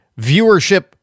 viewership